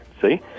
See